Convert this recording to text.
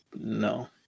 No